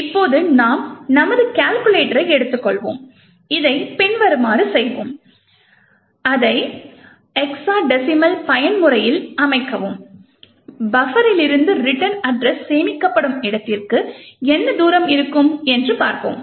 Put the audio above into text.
இப்போது நாம் நமது கால்குலேட்டரை எடுத்துக்கொள்வோம் இதை பின்வருமாறு செய்வோம் அதை ஹெக்ஸா டெசிமல் பயன்முறையில் அமைக்கவும் பஃபரிலிருந்து ரிட்டர்ன் அட்ரஸ் சேமிக்கப்படும் இடத்திற்கு என்ன தூரம் இருக்கும் என்று பார்ப்போம்